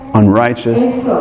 unrighteous